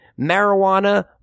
Marijuana